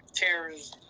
chairs,